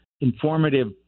informative